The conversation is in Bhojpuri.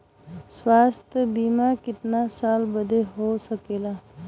स्वास्थ्य बीमा कितना साल बदे हो सकेला?